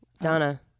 Donna